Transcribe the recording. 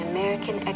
American